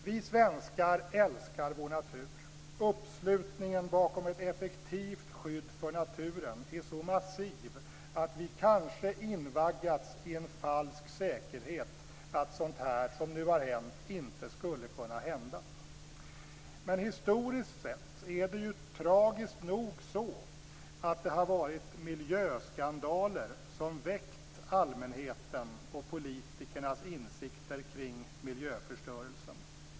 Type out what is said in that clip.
Vi svenskar älskar vår natur. Uppslutningen bakom ett effektivt skydd för naturen är så massiv att vi kanske invaggats i en falsk säkerhet att sådant här som nu har hänt inte skulle kunna hända. Men historiskt sett är det tragiskt nog så att det varit miljöskandaler som väckt allmänhetens och politikernas insikter om miljöförstörelsen.